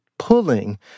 pulling